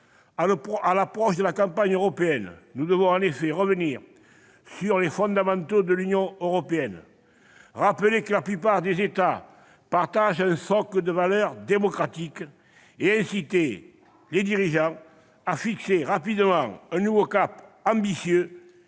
À l'approche de la campagne européenne, nous devons en effet en revenir aux fondamentaux de l'Union européenne, rappeler que la plupart des États membres partagent un socle de valeurs démocratiques et inciter les dirigeants à fixer rapidement un nouveau cap ambitieux